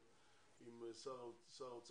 עם מי מהם צריך לדבר?